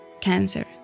cancer